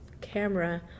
camera